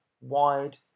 wide